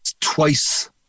twice